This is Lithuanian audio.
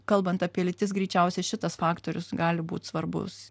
kalbant apie lytis greičiausiai šitas faktorius gali būt svarbus